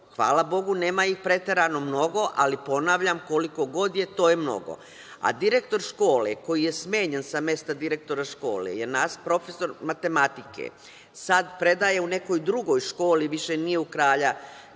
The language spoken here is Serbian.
Hvala Bogu, nema ih preterano mnogo, ali ponavljam, koliko god je, to je mnogo.A direktor škole, koji je smenjen sa mesta direktora škole je profesor matematike i sada predaje u nekoj drugoj školi i više nije u školi